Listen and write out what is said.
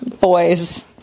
boys